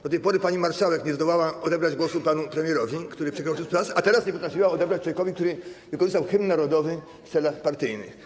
Do tej pory pani marszałek nie zdołała odebrać głosu panu premierowi, który przekroczył czas, a teraz nie potrafiła odebrać go człowiekowi, który wykorzystał hymn narodowy w celach partyjnych.